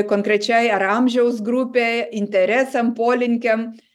konkrečiai ar amžiaus grupei interesam polinkiam